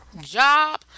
job